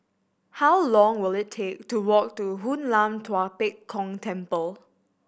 how long will it take to walk to Hoon Lam Tua Pek Kong Temple